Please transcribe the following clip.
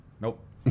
Nope